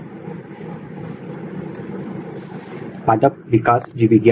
हम reverse genetics आधारित दृष्टिकोणों के साथ चर्चा को जारी रखेंगे